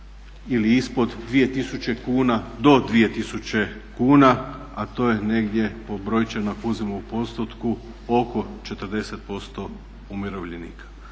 ili ispod 2000 kuna, do 2000 kuna, a to je negdje brojčano ako uzmemo u postotku oko 40% umirovljenika.